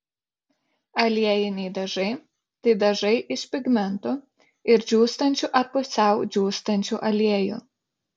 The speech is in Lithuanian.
aliejiniai dažai tai dažai iš pigmentų ir džiūstančių ar pusiau džiūstančių aliejų